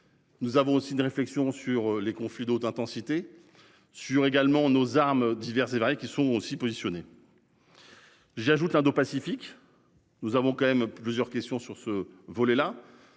Nous avons aussi une réflexion sur les conflits d'haute intensité sur également nos armes diverses et variées qui sont aussi positionnés. J'ajoute l'indopacifique. Nous avons quand même plusieurs questions sur ce volet-là.